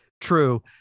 True